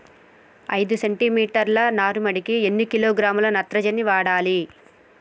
ఐదు సెంటిమీటర్ల నారుమడికి ఎన్ని కిలోగ్రాముల నత్రజని వాడాలి?